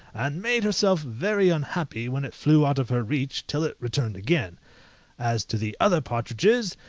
and made herself very unhappy, when it flew out of her reach, till it returned again as to the other partridges,